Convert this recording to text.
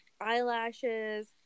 eyelashes